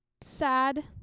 sad